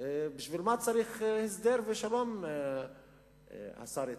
בשביל מה צריך הסדר ושלום, השר איתן?